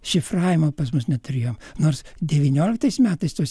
šifravimo pas mus neturėjom nors devynioliktais metais tose